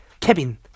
Kevin